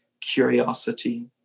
curiosity